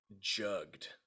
jugged